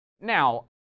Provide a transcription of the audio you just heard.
Now